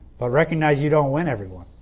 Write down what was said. but recognize you don't win every one.